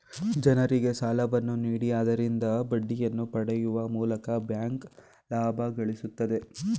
ಜನರಿಗೆ ಸಾಲವನ್ನು ನೀಡಿ ಆದರಿಂದ ಬಡ್ಡಿಯನ್ನು ಪಡೆಯುವ ಮೂಲಕ ಬ್ಯಾಂಕ್ ಲಾಭ ಗಳಿಸುತ್ತದೆ